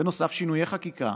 בנוסף, שינויי חקיקה,